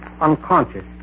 unconscious